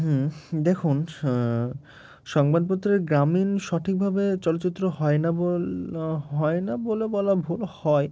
হুম দেখুন সংবাদপত্রের গ্রামীণ সঠিকভাবে চলচ্চিত্র হয় না বল হয় না বলে বলা ভুল হয়